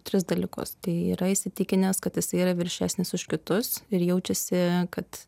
tris dalykus tai yra įsitikinęs kad jisai yra viršesnis už kitus ir jaučiasi kad